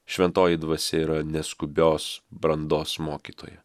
šventoji dvasia yra neskubios brandos mokytoja